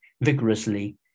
vigorously